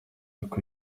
y’uko